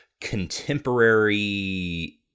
contemporary